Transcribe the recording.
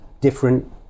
different